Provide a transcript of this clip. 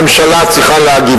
ממשלה צריכה להגיב.